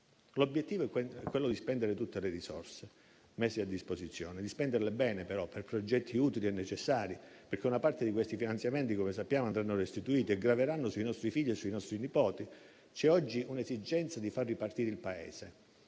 L'obiettivo è spendere tutte le risorse messe a disposizione; di spenderle bene, però, per progetti utili e necessari, visto che una parte di questi finanziamenti - come sappiamo - andrà restituita e graverà sui nostri figli e nipoti. Oggi c'è l'esigenza di far ripartire il Paese